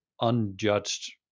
unjudged